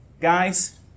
Guys